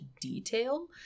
detail